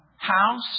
house